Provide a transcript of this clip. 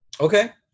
Okay